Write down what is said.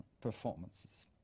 performances